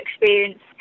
experience